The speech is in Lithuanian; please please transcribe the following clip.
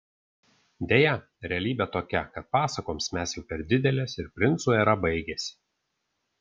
deja realybė tokia kad pasakoms mes jau per didelės ir princų era baigėsi